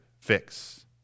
fix